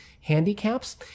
handicaps